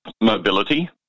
mobility